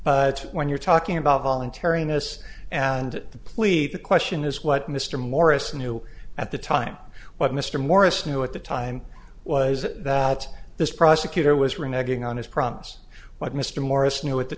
but when you're talking about voluntary in this and the plea the question is what mr morris knew at the time what mr morris knew at the time was it that this prosecutor was reneging on his promise what mr morris knew at the